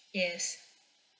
yes